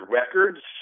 records